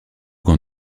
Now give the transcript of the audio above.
gant